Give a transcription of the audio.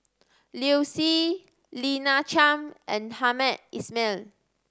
Liu Si Lina Chiam and Hamed Ismail